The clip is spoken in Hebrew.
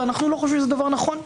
ואנחנו לא חושבים שזה דבר נכון.